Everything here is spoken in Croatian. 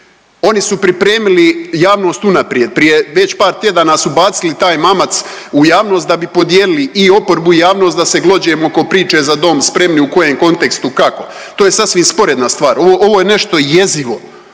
Oni su pripremili javnost unaprijed prije već par tjedana su bacili taj mamac u javnost da bi podijelili i oporbu i javnost da se glođemo oko priče „Za dom spremni“ u kojem kontekstu, kako. To je sasvim sporedna stvar. Ovo je nešto jezivo.